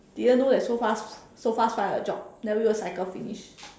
didn't know that so fast so fast find a job never even cycle finish